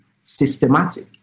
systematic